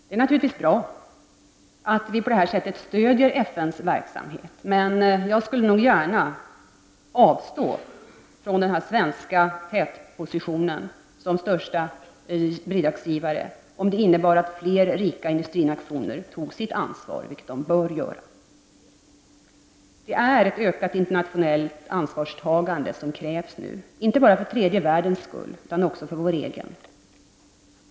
Det är naturligtvis bra att vi på detta sätt stödjer FNs verksamhet, men jag skulle gärna avstå från denna svenska tätposition som största bidragsgivare om det innebar att fler rika industrinationer tog sitt ansvar, vilket de bör göra. Det är ett ökat internationellt ansvarstagande som krävs nu, inte bara för tredje världens skull, utan också för vår egen.